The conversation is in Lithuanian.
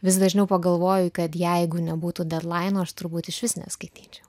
vis dažniau pagalvoju kad jeigu nebūtų dedlaino aš turbūt išvis neskaityčiau